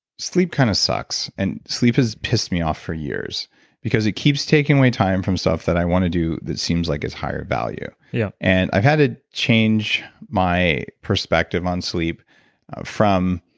sleep kind of sucks, and sleep has pissed me off for years because it keeps taking away time from stuff that i want to do that seems like it's higher value. yeah and i've had to change my perspective on sleep from,